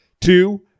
Two